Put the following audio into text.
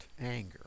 anger